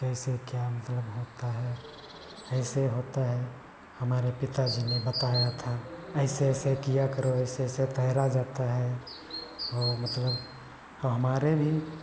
कैसे क्या मतलब होता है ऐसे होता है हमारे पिताजी ने बताया था ऐसे ऐसे किया करो ऐसे ऐसे तैरा जाता है और मतलब वह हमारे भी